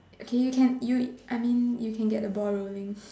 okay you can I mean you can get the ball rolling